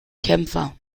kämpfer